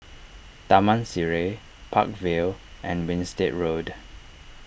Taman Sireh Park Vale and Winstedt Road